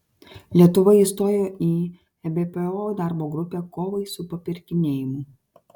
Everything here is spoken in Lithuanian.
lietuva įstojo į ebpo darbo grupę kovai su papirkinėjimu